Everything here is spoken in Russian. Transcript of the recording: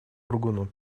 органу